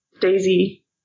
Daisy